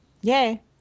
Yay